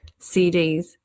cds